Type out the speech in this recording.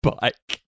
bike